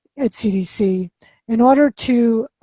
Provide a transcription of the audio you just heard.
at cdc in order to,